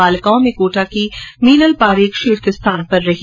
बालिकाओं में कोटा की मीनल पारेख शीर्ष स्थान पर रहीं